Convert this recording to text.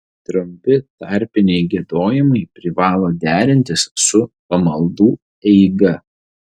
trumpi tarpiniai giedojimai privalo derintis su pamaldų eiga